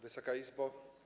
Wysoka Izbo!